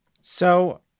So-